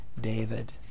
David